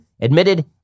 admitted